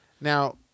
Now